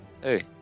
Hey